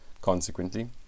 Consequently